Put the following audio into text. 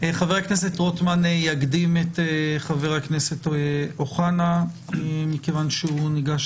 חבר הכנסת רוטמן יקדים מכיוון שהוא צריך